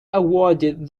awarded